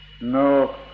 no